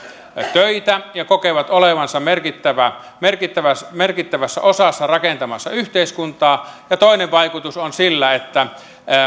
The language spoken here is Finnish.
töitä ja kokevat olevansa merkittävässä merkittävässä osassa rakentamassa yhteiskuntaa ja toinen vaikutus on sillä että